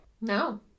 No